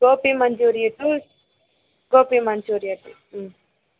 gobi manchuria two gobi manchuria two